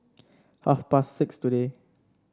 half past six today